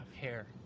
Hair